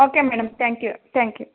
okay madam thank you thank you